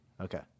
okay